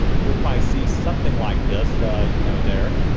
you'll probably see something like this you know there.